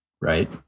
right